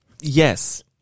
yes